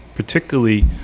particularly